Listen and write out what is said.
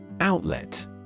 Outlet